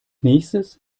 nächstes